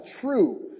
true